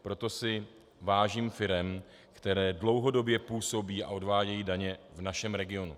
Proto si vážím firem, které dlouhodobě působí a odvádějí daně v našem regionu.